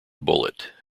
bullet